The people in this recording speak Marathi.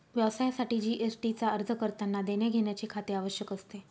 व्यवसायासाठी जी.एस.टी चा अर्ज करतांना देण्याघेण्याचे खाते आवश्यक असते